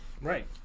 Right